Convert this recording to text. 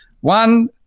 One